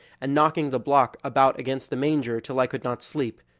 and knocking the block about against the manger till i could not sleep.